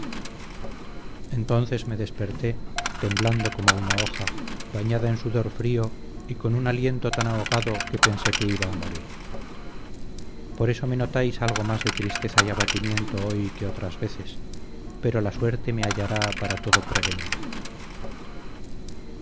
entonces me desperté temblando como una hoja bañada en sudor frío y con un aliento tan ahogado que pensé que iba a morir por eso me notáis algo más de tristeza y abatimiento hoy que otras veces pero la suerte me hallará para todo prevenida